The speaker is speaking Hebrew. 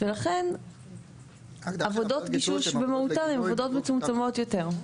ולכן עבודות גישוש במהותן הן עבודות מצומצמות יותר.